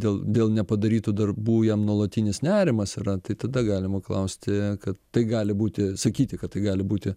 dėl dėl nepadarytų darbų jam nuolatinis nerimas yra tai tada galima klausti kad tai gali būti sakyti kad tai gali būti